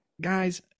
guys